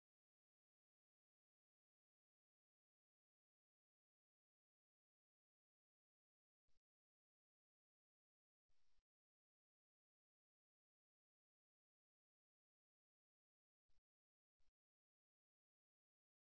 இது நம்முடைய கீழ்ப்படிதலையும் சாந்தகுணத்தையும் மற்றவர்களால் ஆதிக்கம் செலுத்துவதற்கான